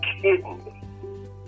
kidding